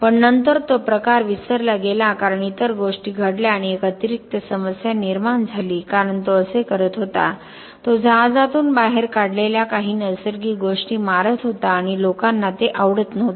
पण नंतर तो प्रकार विसरला गेला कारण इतर गोष्टी घडल्या आणि एक अतिरिक्त समस्या निर्माण झाली कारण तो असे करत होता तो जहाजातून बाहेर काढलेल्या काही नैसर्गिक गोष्टी मारत होता आणि लोकांना ते आवडत नव्हते